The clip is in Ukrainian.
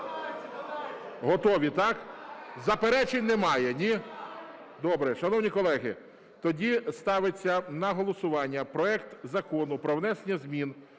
Готові, так? Заперечень немає, ні? Добре. Шановні колеги, тоді ставиться на голосування проект Закону про внесення змін